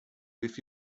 with